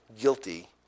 guilty